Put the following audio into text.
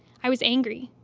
i was angry,